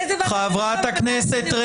איפה כל הגוועלד שהיה לכם על הקדושה של הכנסת,